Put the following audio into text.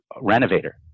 renovator